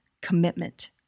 commitment